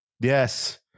Yes